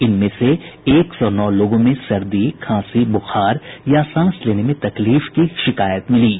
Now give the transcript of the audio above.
इनमें से एक सौ नौ लोगों में सर्दी खांसी बुखार या सांस लेने में तकलीफ की शिकायत मिली है